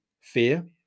fear